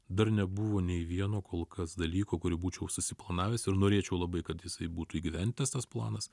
dar nebuvo nei vieno kol kas dalyko kurį būčiau susiplanavęs ir norėčiau labai kad jisai būtų įgyvendintas tas planas